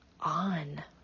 on